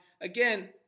again